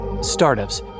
Startups